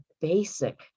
basic